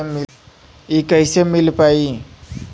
इ कईसे मिल पाई?